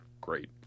great